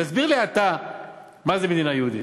תסביר לי אתה מה זה מדינה יהודית.